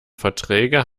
verträge